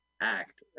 act